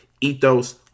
Ethos